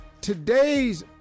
Today's